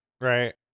Right